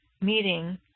meeting